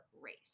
race